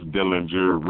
Dillinger